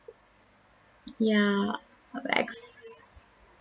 ya err ex